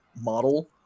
model